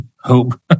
Hope